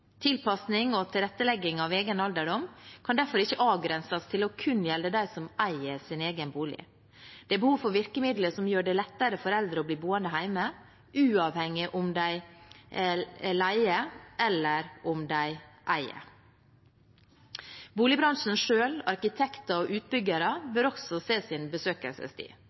Tilpasning og tilrettelegging av egen alderdom kan derfor ikke avgrenses til kun å gjelde dem som eier sin egen bolig. Det er behov for virkemidler som gjør det lettere for eldre å bli boende hjemme, uavhengig av om de leier eller om de eier. Boligbransjen selv, arkitekter og utbyggere bør også kjenne sin besøkelsestid.